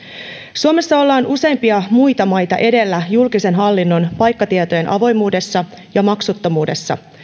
suomessa ollaan useimpia muita maita edellä julkisen hallinnon paikkatietojen avoimuudessa ja maksuttomuudessa